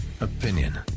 opinion